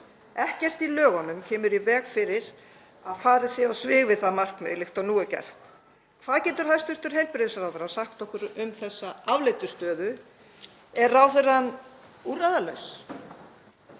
Ekkert í lögunum kemur í veg fyrir að farið sé á svig við það markmið líkt og nú er gert. Hvað getur hæstv. heilbrigðisráðherra sagt okkur um þessa afleitu stöðu? Er ráðherrann úrræðalaus?